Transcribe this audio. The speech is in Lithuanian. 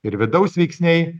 ir vidaus veiksniai